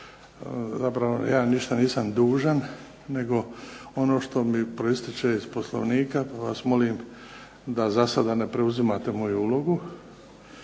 ja ništa nisam dužan, nego ono što mi proističe iz Poslovnika, pa vas molim da za sada ne preuzimate moju ulogu.